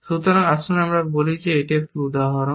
সুতরাং আসুন আমরা বলি যে এটি একটি উদাহরণ